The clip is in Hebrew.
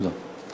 תודה.